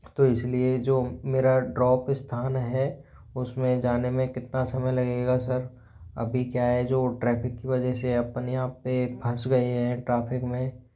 तो इसलिए जो मेरा ड्रॉप स्थान है उसमें जाने में कितना समय लगेगा सर अभी क्या है जो ट्रैफिक की वजह से अपन यहाँ पे फंस गए हैं ट्राफ़िक में